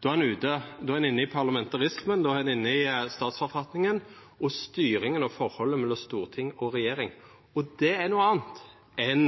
Då er ein inne i parlamentarismen, då er ein inne i statsforfatninga og styringa og forholdet mellom storting og regjering, og det er noko anna enn